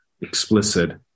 explicit